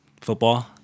football